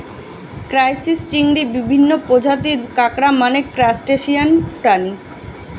crisis, চিংড়ি, বিভিন্ন প্রজাতির কাঁকড়া মানে ক্রাসটেসিয়ান প্রাণী